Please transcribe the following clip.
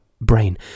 brain